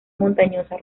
montañosa